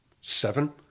seven